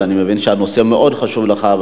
ואני מבין שהנושא מאוד חשוב לך,